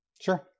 sure